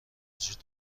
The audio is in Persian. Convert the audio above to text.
وجود